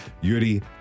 Yuri